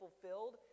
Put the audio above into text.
fulfilled